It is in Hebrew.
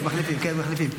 אדוני היושב-ראש, כנסת נכבדה,